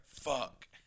Fuck